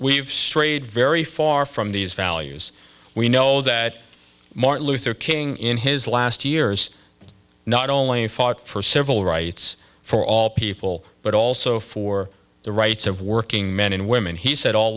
we've strayed very far from these values we know that martin luther king in his last years not only fought for civil rights for all people but also for the rights of working men and women he said all